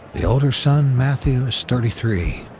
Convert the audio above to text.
the older son, matthew, is thirty three.